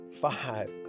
Five